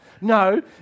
No